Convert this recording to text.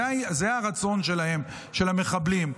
זה הרצון שלהם, של המחבלים.